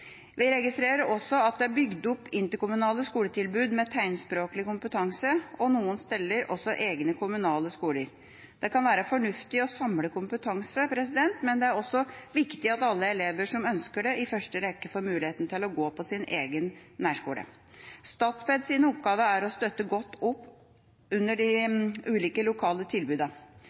Vi registrerer også at det er bygd opp interkommunale skoletilbud med tegnspråklig kompetanse, og noen steder også egne kommunale skoler. Det kan være fornuftig å samle kompetanse, men det er også viktig at alle elever som ønsker det, i første rekke får muligheten til å gå på sin egen nærskole. Statpeds oppgave er å støtte godt opp under de ulike lokale